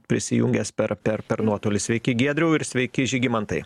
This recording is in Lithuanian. prisijungęs per per per nuotolį sveiki giedriau ir sveiki žygimantai